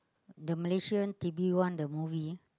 the Malaysian t_v one the movie